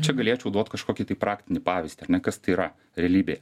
čia galėčiau duot kažkokį tai praktinį pavyzdį ar ne kas tai yra realybėje